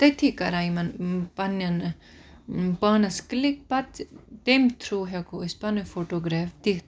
تٔتھی کَران یِمَن پَننٕنۍ پانَس کِلِک پَتہٕ چھ تمہِ تھروٗ ہیٚکو أسۍ پنن فوٹوگریف دِتھ